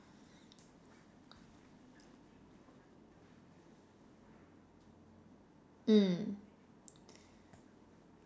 mm